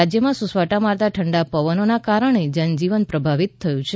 રાજ્યમાં સુસવાટા મારતા ઠંડા પવનોના કારણે જીવજીવન પ્રભાવિત થયું છે